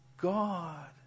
God